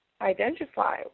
identify